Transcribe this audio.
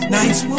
nice